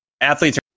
Athletes